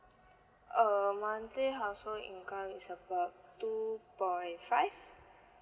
err monthly household income is about two point five